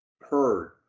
heard